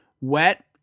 wet